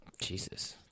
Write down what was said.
Jesus